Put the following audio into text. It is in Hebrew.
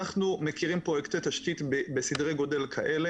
אנחנו מכירים פה תשתית בסדר גודל כזה.